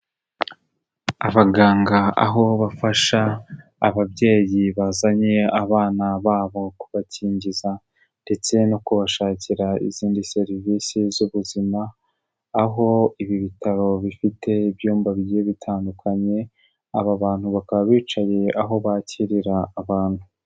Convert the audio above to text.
Abaganga aho bafasha ababyeyi bazanye abana babo kubakingiza ndetse no kubashakira izindi serivisi z'ubuzima, aho ibi bitaro bifite ibyumba bigiye bitandukanye, aba bantu bakaba bicaye aho bakirira abantu.